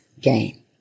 game